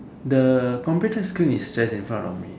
the computer screen is just in front of me